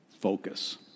Focus